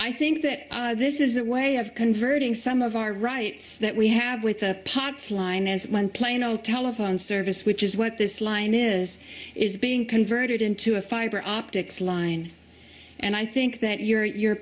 i think that this is a way of converting some of our rights that we have with the pots line is one plain old telephone service which is what this line is is being converted into a fiber optics line and i think that you